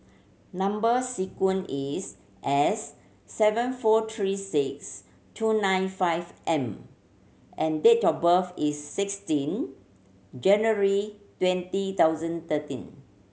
number sequence is S seven four three six two nine five M and date of birth is sixteen January twenty thousand thirteen